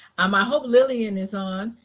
um i hope lillian is on.